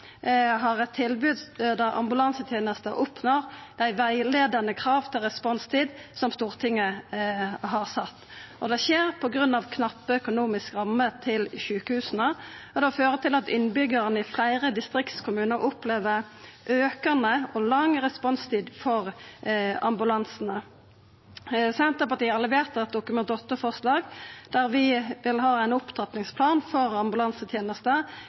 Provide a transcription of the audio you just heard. har eit tilbod der ambulansetenesta oppnår dei rettleiande krava til responstid som Stortinget har sett, og det skjer på grunn av knappe økonomiske rammer til sjukehusa. Det fører til at innbyggjarane i fleire distriktskommunar opplever aukande og lang responstid for ambulansane. Senterpartiet har levert eit Dokument 8-forslag, der vi vil ha ein opptrappingsplan for ambulansetenesta